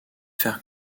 faire